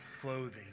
clothing